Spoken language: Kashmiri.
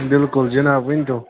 بِلکُل جِناب ؤنۍتو